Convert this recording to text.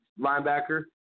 linebacker